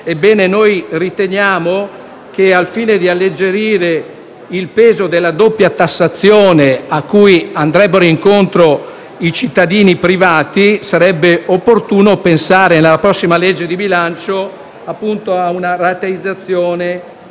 Ebbene, noi riteniamo che, al fine di alleggerire il peso della doppia tassazione cui andrebbero incontro i cittadini privati, sarebbe opportuno pensare, nella prossima legge di bilancio, a una rateizzazione